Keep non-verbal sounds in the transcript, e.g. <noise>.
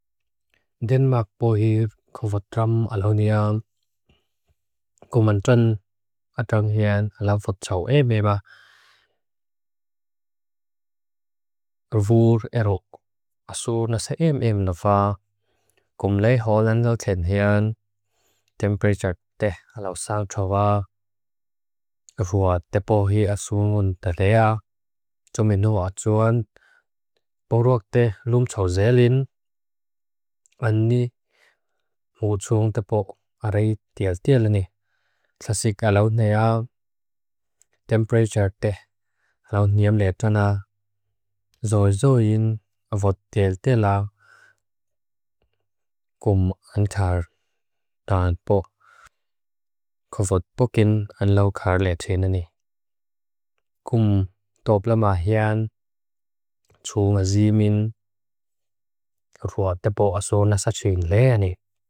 <hesitation> Danemark bohi kovodram aluniam. <hesitation> Kumandran adrang hian alavodchaw emema. <hesitation> Vur erok. Asu nasa emem na fa. <hesitation> Kum lei holandal khen hian. <hesitation> Temperature teh alaw sang trawa. <hesitation> Vua tepo hi asu ngun tadea. Tumino atuan. <hesitation> Borok teh lumchaw zeelin. <hesitation> Anni mu tsung tepo arey teel-teelini. <hesitation> Tlasik alaw nea. <hesitation> Temperature teh alaw neam letana. Zoi zoin avod teel-teelaw. <hesitation> Kum ang tar <hesitation> danpo. <hesitation> Kovod pokin ang lau kar letinani. <hesitation> Kum topla ma hian. <hesitation> Tsung zeemin. Vua tepo asu nasachin leani.